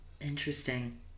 interesting